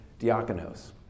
diakonos